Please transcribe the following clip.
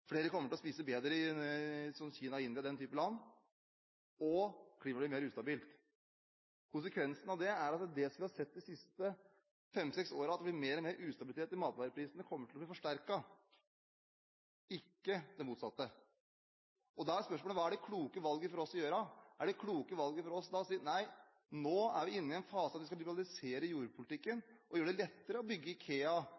flere kommer til å spise bedre i Kina, India og den typen land, og klimaet blir mer ustabilt. Konsekvensen av det er at det vi har sett de siste fem–seks årene, at det at det blir mer og mer ustabile matvarepriser, kommer til å bli forsterket – ikke det motsatte. Da er spørsmålet hva som er det kloke valget. Er det kloke valget å si at nå er vi inne i en fase der vi skal liberalisere